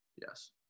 Yes